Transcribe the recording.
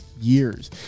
years